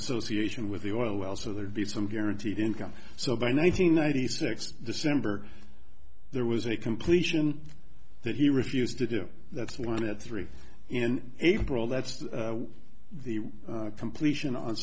association with the oil wells so there'd be some guaranteed income so by nine hundred ninety six december there was a completion that he refused to do that's one of three in april that's the completion on